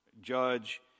judge